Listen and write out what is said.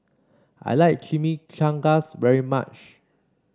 I like Chimichangas very much